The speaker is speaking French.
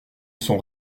son